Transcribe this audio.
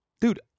dude